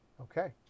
okay